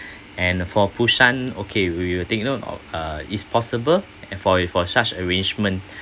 and for busan okay we will take note of uh is possible and for it for such arrangement